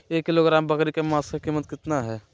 एक किलोग्राम बकरी के मांस का कीमत कितना है?